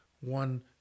one